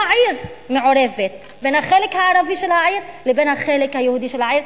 עיר מעורבת בין החלק הערבי של העיר לבין החלק היהודי של העיר,